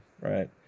right